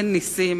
אין נסים,